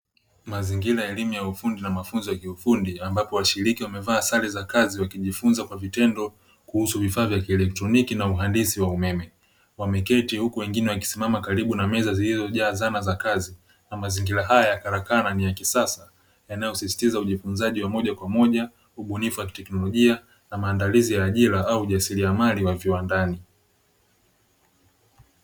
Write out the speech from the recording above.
Mazingira ya elimu na mafunzo ya ufundi ambapo washiriki wamevaa sare za kazi wakijiunza kwa vitendo kuhusu vifaa vya kieletroniki na uandisi ya umeme. Wameketi huku wengine wakisimama karibu na meza zilizojaa zana za kazi na mazingira haya ya karakana ya kisasa yanayosititiza ufunzaji wa moja kwa moja ubunifu wa kiteknolojia na maandalizi ya ajira ya ujasiriamari na viwandani.